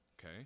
okay